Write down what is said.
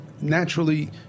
naturally